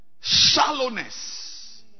shallowness